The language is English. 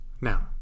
Now